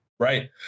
Right